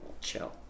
Chill